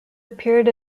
appeared